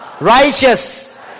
righteous